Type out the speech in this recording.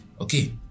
okay